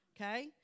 Okay